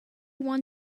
one